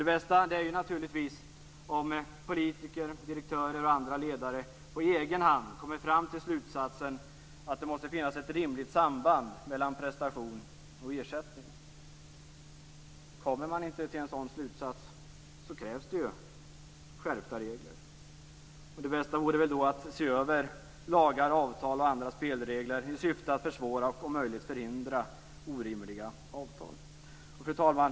Det bästa är naturligtvis om politiker, direktörer och andra ledare på egen hand kommer fram till slutsatsen att det måste finnas ett rimligt samband mellan prestation och ersättning. Kommer man inte till en sådan slutsats så krävs det skärpta regler. Det bästa vore att se över lagar, avtal och andra spelregler i syfte att försvåra, och om möjligt förhindra, orimliga avtal. Fru talman!